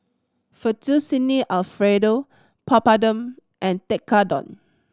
Fettuccine Alfredo Papadum and Tekkadon